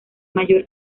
mayor